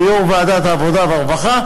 כיושב-ראש ועדת העבודה והרווחה,